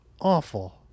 awful